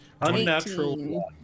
Unnatural